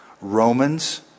Romans